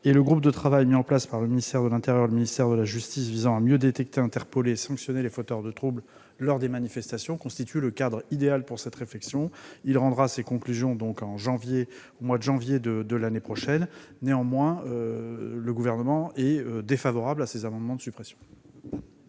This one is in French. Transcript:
Le groupe de travail mis en place par le ministère de l'intérieur et le ministère de la justice, visant à mieux détecter, interpeller et sanctionner les fauteurs de trouble lors des manifestations, constitue le cadre idéal pour cette réflexion. Il rendra ses conclusions au mois de janvier de l'année prochaine. Le Gouvernement est néanmoins défavorable à ces amendements de suppression.